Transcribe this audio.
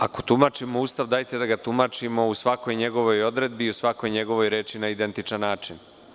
Ako tumačimo Ustav, dajte da ga tumačimo u svakoj njegovoj odredbi i u svakoj njegovoj reči na identičan način.